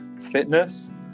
fitness